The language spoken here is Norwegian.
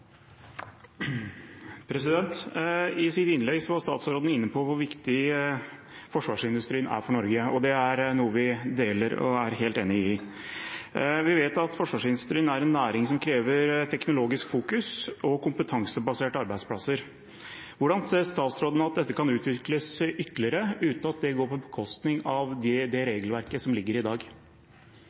for Norge. Det er noe vi deler og er helt enig i. Vi vet at forsvarsindustrien er en næring som krever teknologisk fokus og kompetansebaserte arbeidsplasser. Hvordan mener utenriksministeren at dette kan utvikles ytterligere, uten at det går på bekostning av det regelverket som foreligger i dag?